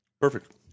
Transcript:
Perfect